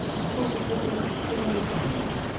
and consequently, she'll never say nothing